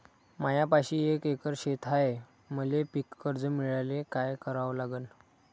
मायापाशी एक एकर शेत हाये, मले पीककर्ज मिळायले काय करावं लागन?